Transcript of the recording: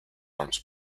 arms